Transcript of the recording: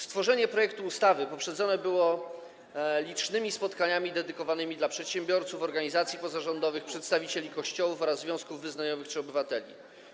Stworzenie projektu ustawy poprzedzone było licznymi spotkaniami dedykowanymi przedsiębiorcom, organizacjom pozarządowym, przedstawicielom Kościołów oraz związków wyznaniowych czy obywateli.